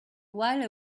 while